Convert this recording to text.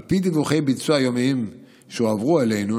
על פי דיווחי ביצוע יומיים שהועברו אלינו,